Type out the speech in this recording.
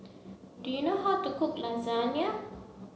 do you know how to cook Lasagna